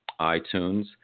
iTunes